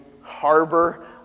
harbor